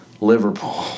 Liverpool